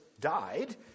died